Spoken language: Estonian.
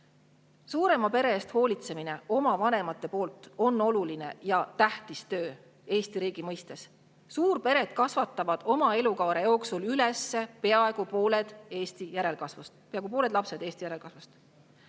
pere eest hoolitsemine on oluline ja tähtis töö Eesti riigi mõistes. Suurpered kasvatavad oma elukaare jooksul üles peaaegu pooled lapsed Eesti järelkasvust.